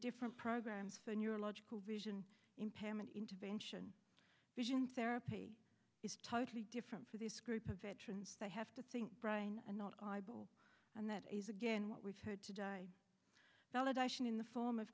different programs and your logical vision impairment intervention vision therapy is totally different for this group of veterans they have to think bryan and not eyeball and that is again what we've heard today that i should in the form of